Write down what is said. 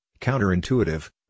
counterintuitive